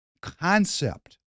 concept